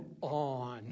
on